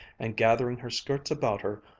and gathering her skirts about her,